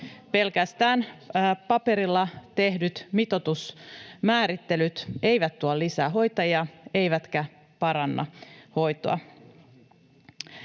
Pelkästään paperilla tehdyt mitoitusmäärittelyt eivät tuo lisää hoitajia eivätkä paranna hoitoa.